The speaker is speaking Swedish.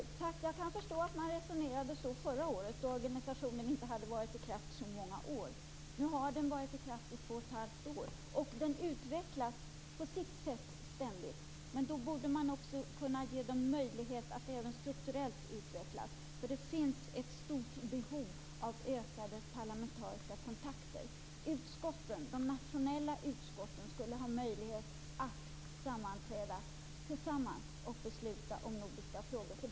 Fru talman! Jag kan förstå att man resonerade så förra året, då organisationen inte hade varit i kraft så många år. Nu har den varit i kraft i två och ett halvt år, och den utvecklas på sitt sätt ständigt. Då borde man kunna ge den möjligheten att utvecklas strukturellt. Nu finns det ett stort behov av ökade parlamentariska kontakter. De nationella utskotten skulle ha möjlighet att sammanträda tillsammans och besluta om nordiska frågor.